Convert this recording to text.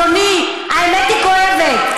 אדוני, האמת היא כואבת.